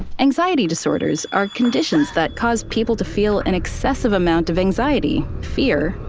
anxiety disorders are conditions that cause people to feel an excessive amount of anxiety, fear,